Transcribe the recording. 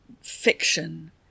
fiction